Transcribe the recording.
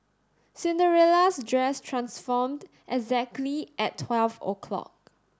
Cinderella's dress transformed exactly at twelve o'clock